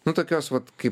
nu tokios pat kaip